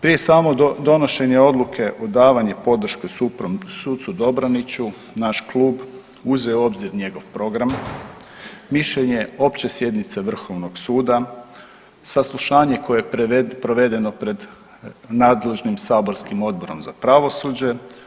Prije same donošenje odluke o davanju podrške sucu Dobroniću naš klub uzeo je u obzir njegov program, mišljenje opće sjednice Vrhovnog suda, saslušanje koje je provedeno pred nadležnim saborskim Odborom za pravosuđe.